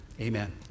Amen